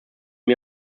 mir